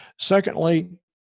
secondly